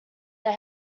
they